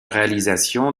réalisation